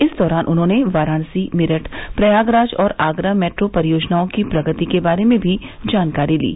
इस दौरान उन्होंने वाराणसी मेरठ प्रयागराज और आगरा मेट्रो परियोजनाओं की प्रगति के बारे में भी जानकारी ली